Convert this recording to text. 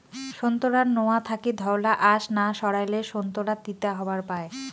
সোন্তোরার নোয়া থাকি ধওলা আশ না সারাইলে সোন্তোরা তিতা হবার পায়